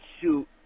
shoot